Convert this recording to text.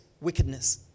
wickedness